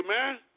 amen